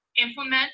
implement